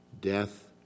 Death